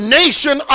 nation